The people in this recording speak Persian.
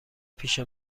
پیش